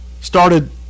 started